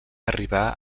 arribar